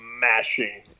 mashing